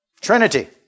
Trinity